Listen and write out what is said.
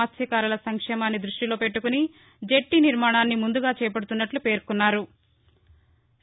మత్స్యకారుల సంక్షేమాన్ని దృష్టిలోపెట్టకుని జెట్టీ నిర్మాణాన్ని ముందుగా చేపడుతున్నట్లు పేర్కొన్నారు